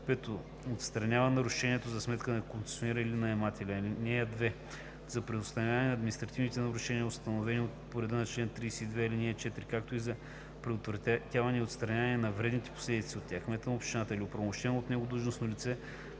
5. отстранява нарушението за сметка на концесионера или наемателя. (2) За преустановяване на административните нарушения, установени по реда на чл. 32, ал. 4, както и за предотвратяване и отстраняване на вредните последици от тях кметът на общината или оправомощено от него длъжностно лице